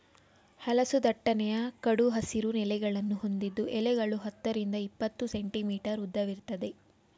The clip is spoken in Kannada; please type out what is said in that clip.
ಹಲಸು ದಟ್ಟನೆಯ ಕಡು ಹಸಿರು ಎಲೆಗಳನ್ನು ಹೊಂದಿದ್ದು ಎಲೆಗಳು ಹತ್ತರಿಂದ ಇಪ್ಪತ್ತು ಸೆಂಟಿಮೀಟರ್ ಉದ್ದವಿರ್ತದೆ